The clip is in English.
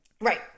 right